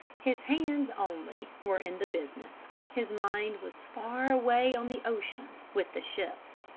his hands, only, were in the business, his mind was far away on the ocean with the ships.